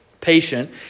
patient